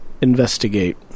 investigate